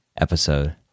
episode